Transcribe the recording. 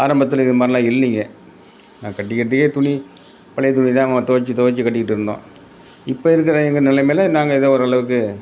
ஆரம்பத்தில் இது மாதிரிலாம் இல்லைங்க நான் கட்டிக்கிறதுக்கே துணி பழையத்துணியதான் நாங்கள் துவச்சி துவச்சி கட்டிக்கிட்டு இருந்தோம் இப்போ இருக்கிற எங்கள் நிலமையில நாங்கள் ஏதோ ஓரளவுக்கு